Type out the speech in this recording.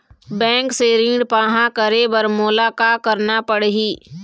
Bank से ऋण पाहां करे बर मोला का करना पड़ही?